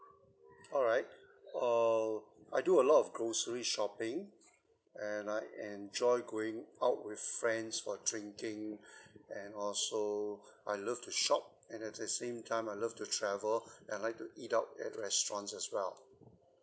alright err I do a lot of grocery shopping and I enjoy going out with friends for drinking and also I love to shop and at the same time I love to travel I like to eat out at restaurants as well